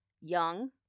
young